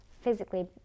physically